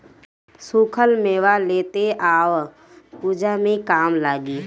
सुखल मेवा लेते आव पूजा में काम लागी